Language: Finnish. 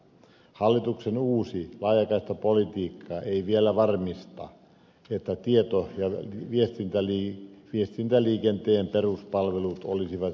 hallituksen uusi laajakaistapolitiikka ei vielä varmista että tieto ja viestintäliikenteen peruspalvelut olisivat riittäviä